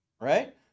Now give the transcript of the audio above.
right